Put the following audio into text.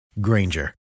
Granger